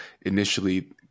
initially